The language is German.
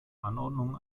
anordnungen